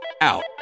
out